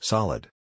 Solid